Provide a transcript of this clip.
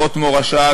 "אורות מורשה",